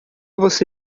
você